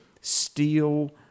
steel